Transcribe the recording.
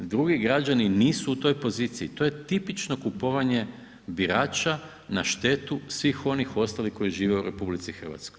Drugi građani nisu u toj poziciji, to je tipično kupovanje birača na štetu svih onih ostalih koji žive u RH.